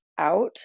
out